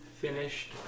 finished